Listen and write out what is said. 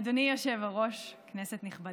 אדוני היושב-ראש, כנסת נכבדה,